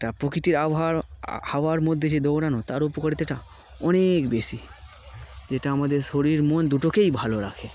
একটা প্রকৃতির আবহাওয়া হাওয়ার মধ্যে যে দৌড়ানো তার উপকারিতাটা অনেক বেশি যেটা আমাদের শরীর মন দুটোকেই ভালো রাখে